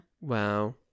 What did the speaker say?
Wow